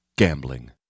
Gambling